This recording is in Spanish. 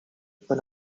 fue